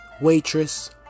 waitress